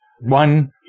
one